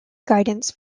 guidance